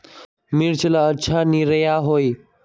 मिर्च ला अच्छा निरैया होई?